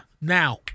now